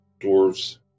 Dwarves